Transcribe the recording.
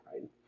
right